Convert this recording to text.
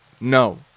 No